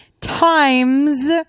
times